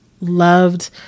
loved